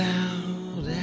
out